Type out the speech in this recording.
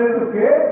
okay